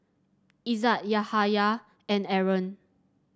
Izzat Yahaya and Aaron